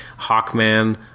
Hawkman